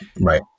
Right